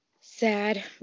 sad